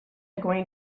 going